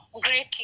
greatly